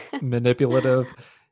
manipulative